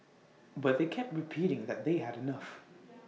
but they kept repeating that they had enough